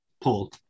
Paul